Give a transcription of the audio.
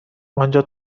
آنجا